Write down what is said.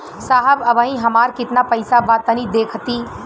साहब अबहीं हमार कितना पइसा बा तनि देखति?